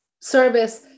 service